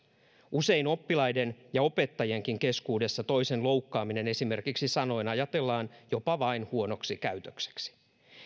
usein oppilaiden ja opettajienkin keskuudessa toisen loukkaaminen esimerkiksi sanoin ajatellaan jopa vain huonoksi käytökseksi